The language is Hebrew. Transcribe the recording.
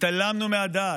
התעלמנו מהדת.